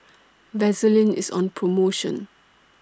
Vaselin IS on promotion